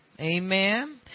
Amen